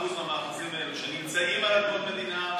מהמאחזים האלו שנמצאים על אדמות מדינה,